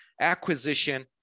acquisition